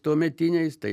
tuometiniais tai